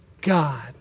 God